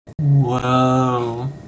Whoa